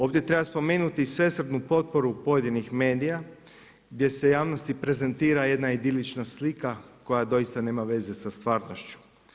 Ovdje treba spomenuti i svesrdnu potporu pojedinih medija gdje se javnosti prezentira jedna idilična slika koja doista nema veze sa stvarnošću.